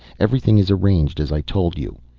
everything is arranged as i told you.